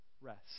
rest